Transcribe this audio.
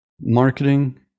marketing